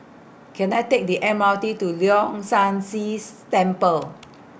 Can I Take The M R T to Leong San See Temple